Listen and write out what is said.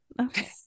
Okay